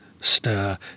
stir